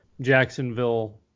jacksonville